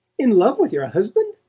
in love with your husband?